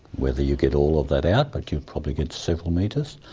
whether you get all of that out, but you'd probably get several metres,